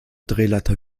drehleiter